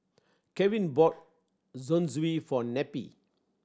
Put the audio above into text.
Crevin bought Zosui for Neppie